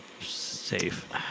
safe